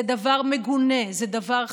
זה דבר מגונה, זה דבר חמור,